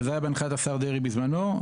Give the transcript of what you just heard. וזה היה בהנחיית השר דרעי בזמנו,